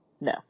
No